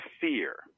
fear